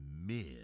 mid